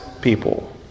people